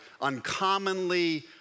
uncommonly